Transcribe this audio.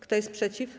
Kto jest przeciw?